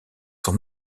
son